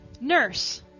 Nurse